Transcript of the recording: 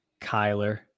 Kyler